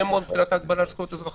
מאוד מבחינת הגבלה של זכויות אזרחיות.